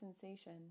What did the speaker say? sensation